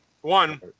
One